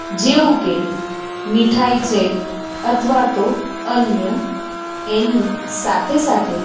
જેવું કે મીઠાઈ છે અથવા તો અન્ય એની સાથે સાથે